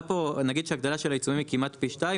נגיד שהגדלה של העיצומים היא כמעט פי שתיים